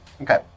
Okay